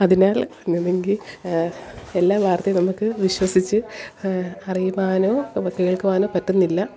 അതിനാൽ അങ്ങനെയെങ്കിൽ എല്ലാ വാർത്തയും നമുക്ക് വിശ്വസിച്ച് അറിയുവാനോ കേൾക്കുവാനോ പറ്റുന്നില്ല